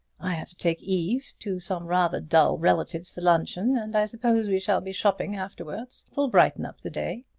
i have to take eve to some rather dull relatives for luncheon, and i suppose we shall be shopping afterward. it will brighten up the day.